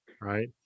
right